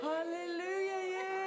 Hallelujah